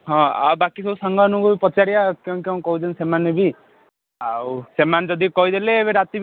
ହଁ ଆଉ ବାକି ସବୁ ସାଙ୍ଗ ମାନଙ୍କୁ ପଚାରିବା କ'ଣ କ'ଣ କହୁଛନ୍ତି ସେମାନେ ବି ଆଉ ସେମାନେ ଯଦି କହିଦେଲେ ଏବେ ରାତି